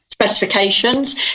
specifications